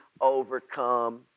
overcome